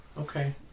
Okay